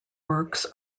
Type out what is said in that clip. works